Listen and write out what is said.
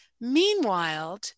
Meanwhile